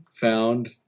found